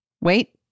Wait